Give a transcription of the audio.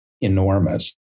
enormous